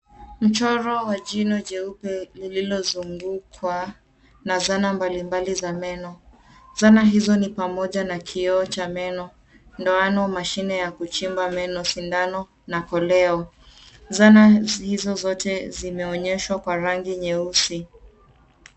Mchoro wa jino jeupe lililozungukwa, na zana mbalimbali za meno. Zana hizo ni pamoja na kioo cha meno, ndoano, mashine ya kuchimba meno, sindano, na koleo zana hizo zote zimeonyeshwa kwa rangi nyeusi.